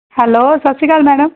hello ਸਤਿ ਸ਼੍ਰੀ ਅਕਾਲ ਮੈਡਮ